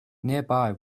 nearby